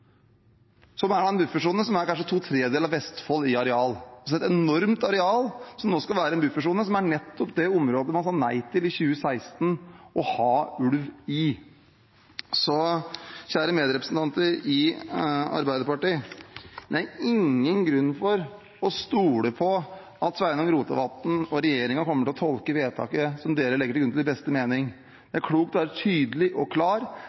som er kanskje to tredjedeler av Vestfold i areal, altså et enormt areal som nå skal være en buffersone, og som er nettopp det området man i 2016 sa nei til å ha ulv i. Så kjære medrepresentanter i Arbeiderpartiet: Det er ingen grunn til å stole på at Sveinung Rotevatn og regjeringen kommer til å tolke vedtaket som dere legger til grunn, i beste mening. Det er klokt å være tydelig og klar,